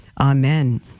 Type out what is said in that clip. Amen